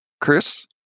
Chris